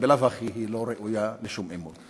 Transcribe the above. שבלאו הכי לא ראויה לשום אמון.